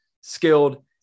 skilled